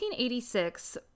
1886